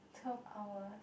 twelve hours